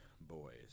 Boys